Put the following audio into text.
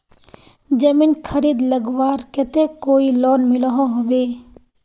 जमीन खरीद लगवार केते कोई लोन मिलोहो होबे?